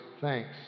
thanks